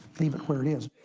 leave it where it is.